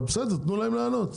אבל, בסדר, תנו להם לענות.